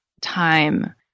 time